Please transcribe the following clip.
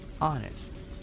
honest